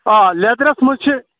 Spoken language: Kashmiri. آ لٮ۪درَس منٛز چھِ